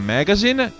Magazine